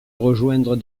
rejoindre